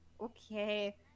Okay